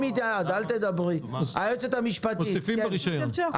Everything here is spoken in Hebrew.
לדעתי צריך להשאיר כך.